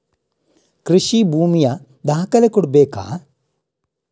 ಕೃಷಿ ಭೂಮಿಯ ದಾಖಲೆ ಕೊಡ್ಬೇಕಾ?